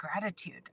gratitude